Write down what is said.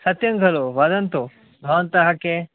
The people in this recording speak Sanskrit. सत्यङ्खलु वदन्तु भवन्तः के